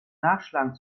nachschlagen